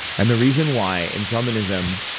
and the reason why, in shamanism,